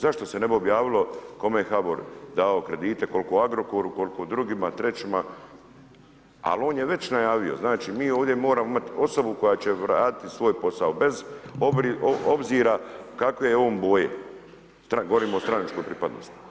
Zašto se ne bi objavilo kome je HABOR dao kredite, kolko Agrokoru, kolko drugima trećima, al on je već najavio, znači mi ovdje moramo imati osobu koja će raditi svoj posao bez obzira kakve je on boje, govorim o stranačkoj pripadnosti.